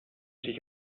sich